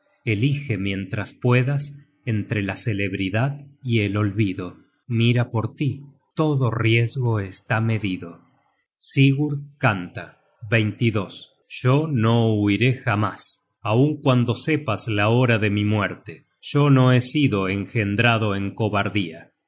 elige mientras puedes entre la celebridad y el olvido mira por tí todo riesgo está medido sigurd canta yo no huiré jamás aun cuando sepas la hora de mi muerte yo no he sido engendrado en